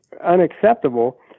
unacceptable